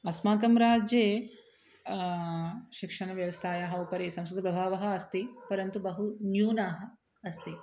अस्माकं राज्ये शिक्षणव्यवस्थायाः उपरि संस्कृतप्रभावः अस्ति परन्तु बहु न्यूनम् अस्ति